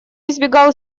избегал